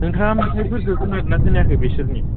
नोंथाङा मेथाइफोरखौ खोनादों ना खोनायाखै बिसोरनि